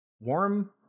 warm